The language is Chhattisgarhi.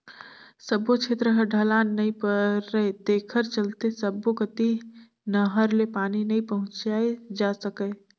सब्बो छेत्र ह ढलान नइ परय तेखर चलते सब्बो कति नहर ले पानी नइ पहुंचाए जा सकय